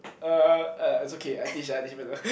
uh uh it's okay I teach I teach better